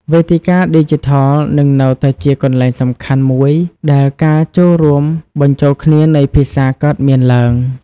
វេទិកាឌីជីថលនឹងនៅតែជាកន្លែងសំខាន់មួយដែលការរួមបញ្ចូលគ្នានៃភាសាកើតមានឡើង។